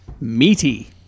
meaty